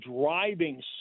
driving